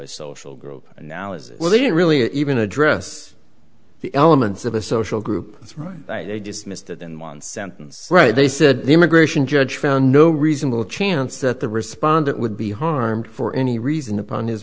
a social group now as well they didn't really even address the elements of a social group that's right they just missed it in one sentence right they said the immigration judge found no reasonable chance that the respondent would be harmed for any reason upon his